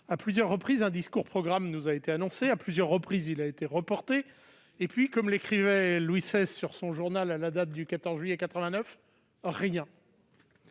À plusieurs reprises, un discours-programme nous a été annoncé et, à plusieurs reprises, il a été reporté. Puis, comme l'écrivait Louis XVI dans son journal à la date du 14 juillet 1789, rien